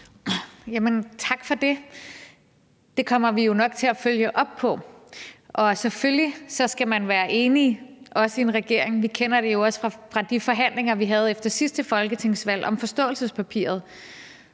tak for det. Det kommer vi jo nok til at følge op på. Og selvfølgelig skal man være enig, også i en regering. Vi kender det jo også fra de forhandlinger, vi havde efter sidste folketingsvalg om forståelsespapiret,